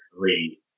three